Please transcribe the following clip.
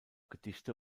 gedichte